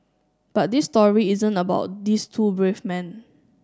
but this story isn't about these two brave men